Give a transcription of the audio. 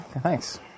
Thanks